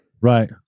Right